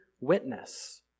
witness